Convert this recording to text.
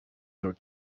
your